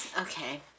okay